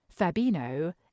Fabino